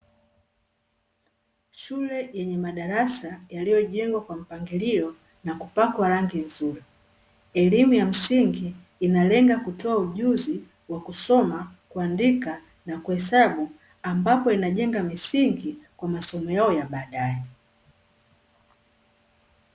Shule yenye madarasa yaliyojengwa kwa mpangilio na kupakwa rangi nzuri, elimu ya msingi inalenga kutoa ujuzi wa kusoma, kuandika, na kuhesabu ambapo inajenga misingi kwa masomo yao ya baadaye.